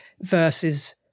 versus